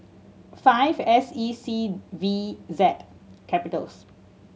five S E C V Z